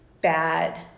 bad